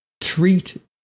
treat